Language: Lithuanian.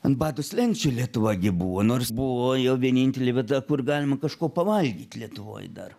ant bado slenksčio lietuva gi buvo nors buvo jo vienintelė vieta kur galima kažko pavalgyt lietuvoj dar